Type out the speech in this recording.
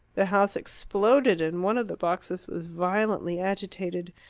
the house exploded, and one of the boxes was violently agitated,